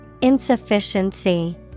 Insufficiency